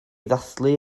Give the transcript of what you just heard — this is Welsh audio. ddathlu